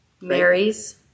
Mary's